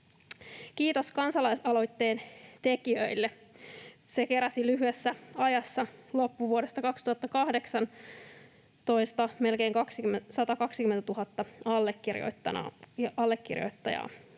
Kiitos kansalaisaloitteen tekijöille. Se keräsi lyhyessä ajassa loppuvuodesta 2018 melkein 120 000 allekirjoittajaa.